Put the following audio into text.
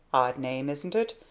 odd name, isn't it?